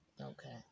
okay